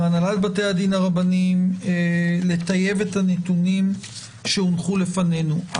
ביקשנו מהנהלת בתי הדין הרבניים לטייב את הנתונים שהונחו בפנינו.